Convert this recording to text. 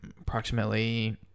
approximately